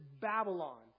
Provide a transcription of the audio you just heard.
Babylon